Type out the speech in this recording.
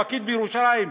פקיד בירושלים,